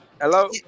Hello